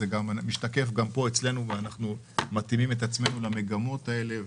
לכן אנחנו מתאימים את עצמנו למגמות האלו.